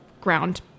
ground